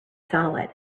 solid